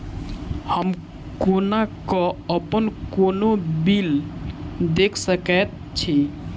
हम कोना कऽ अप्पन कोनो बिल देख सकैत छी?